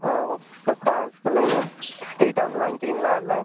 ஆ ஆ சொல்லுங்கள் மேம் ஸ்டேயிர்ட்டா வந்து வாங்கிக்கிறிங்களா இல்லை